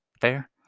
fair